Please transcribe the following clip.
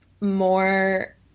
more